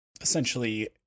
essentially